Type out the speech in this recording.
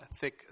thick